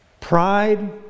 Pride